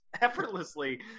effortlessly